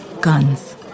Guns